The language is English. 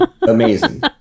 Amazing